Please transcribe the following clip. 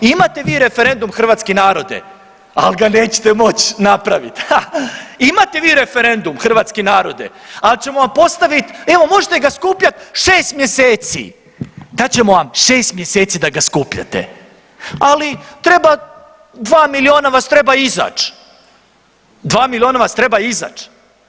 Imate vi referendum hrvatski narode, ali ga nećete moći napraviti haa, imate vi referendum hrvatski narode, ali ćemo vam postaviti, evo možete ga skupljat 6 mjeseci, dat ćemo vam 6 mjeseci da ga skupljate, ali treba 2 miliona vas treba izaći, 2 miliona vas treba izać.